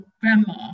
grandma